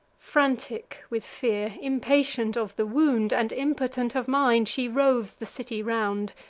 frantic with fear, impatient of the wound, and impotent of mind, she roves the city round.